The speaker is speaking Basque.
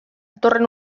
datorren